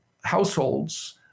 households